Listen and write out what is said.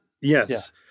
Yes